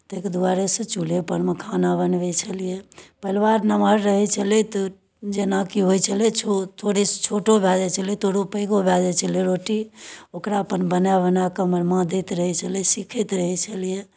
ताहिके दुआरे से चूल्हेपर मे खाना बनबै छलियै परिवार नम्हर रहैत छलय तऽ जेनाकि होइ छलय छोट थोड़े छोटो भऽ जाइत छलय थोड़े पैघो भए जाइ छलय रोटी ओकरा अपन बना बना कऽ हमर माँ दैत रहै छलय सीखैत रहै छलियै